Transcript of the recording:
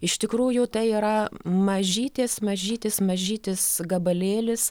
iš tikrųjų tai yra mažytis mažytis mažytis gabalėlis